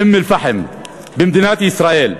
מאום-אלפחם במדינת ישראל,